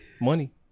Money